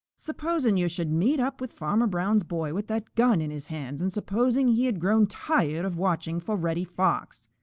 supposing yo' should meet up with farmer brown's boy with that gun in his hands and supposing he had grown tired of watching fo' reddy fox.